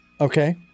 Okay